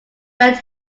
bed